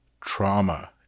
trauma